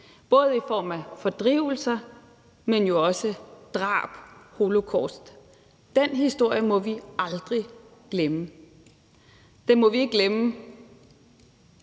både i form af fordrivelser, men jo også drab og holocaust. Den historie må vi aldrig glemme. Den må vi ikke glemme